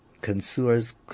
consumers